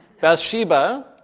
Bathsheba